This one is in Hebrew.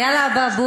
היה לה אבעבועות,